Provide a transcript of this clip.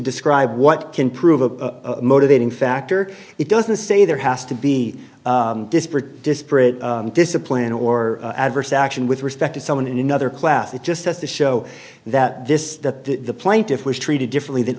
describe what can prove a motivating factor it doesn't say there has to be disparate disparate discipline or adverse action with respect to someone in another class it just has to show that this that the plaintiff was treated differently than